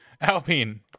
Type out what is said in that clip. Alpine